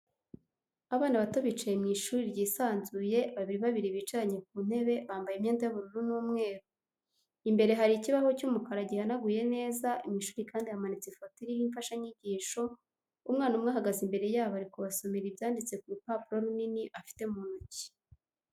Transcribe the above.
Abana bato bicaye mu ishuri ryisanzuye babiri babiri bicaranye ku ntebe bambaye imyenda y'ubururu n'umweru, imbere hari ikibaho cy'umukara gihanaguye neza, mu ishuri kandi hamanitse ifoto ariho imfashanyigisho, umwana umwe ahagaze imbere yabo ari kubasomera ibyanditse ku rupapuro runini afite mu ntoki.